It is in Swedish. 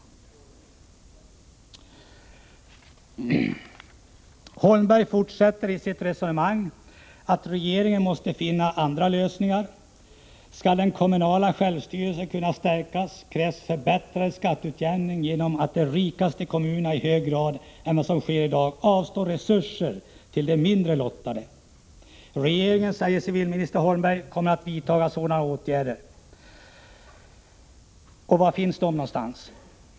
Civilminister Holmberg fortsätter i sitt resonemang: Regeringen måste finna andra lösningar. Om den kommunala självstyrelsen skall kunna stärkas, krävs en ökad skatteutjämning genom att de rikaste kommunerna i högre grad än vad som sker i dag avstår resurser till de sämre lottade. Regeringen kommer att vidta sådana åtgärder. Var finns dessa åtgärder?